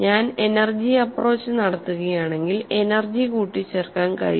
ഞാൻ energy approach നടത്തുകയാണെങ്കിൽ energy കൂട്ടി ചേർക്കാൻ കഴിയും